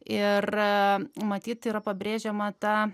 ir matyt yra pabrėžiama ta